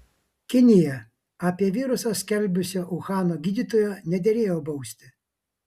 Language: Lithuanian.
kinija apie virusą skelbusio uhano gydytojo nederėjo bausti